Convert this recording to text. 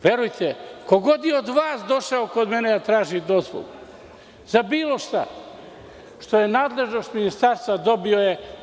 Verujte, ko god je od vas došao kod mene da traži dozvolu, za bilo šta što je u nadležnosti ministarstva, dobio je.